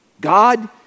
God